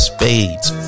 Spades